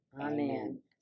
Amen